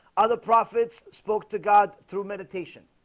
other prophets spoke to god through meditation.